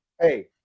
Hey